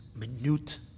minute